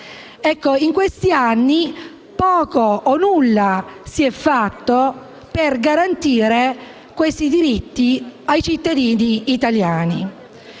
In questi anni poco o nulla si è fatto per garantire questi diritti ai cittadini italiani.